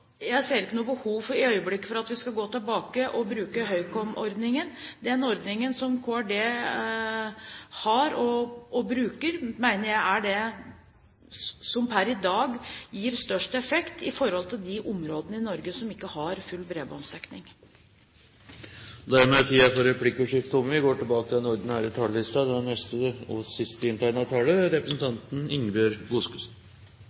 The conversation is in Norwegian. Jeg ser ikke i øyeblikket noe behov for at vi skal gå tilbake og bruke Høykom-ordningen. Den ordningen som KRD har, og bruker, mener jeg er den som per i dag gir størst effekt i de områdene i Norge som ikke har full bredbåndsdekning. Replikkordskiftet er dermed omme. I departementets svar til representantforslaget fra Fremskrittspartiet sies det at regjeringen ikke har noe mål om at «alle skal ha tilgang til en bestemt kapasitet», selv om de er